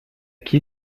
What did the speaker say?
qui